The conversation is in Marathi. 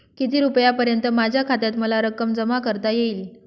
किती रुपयांपर्यंत माझ्या खात्यात मला रक्कम जमा करता येईल?